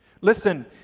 Listen